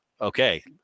okay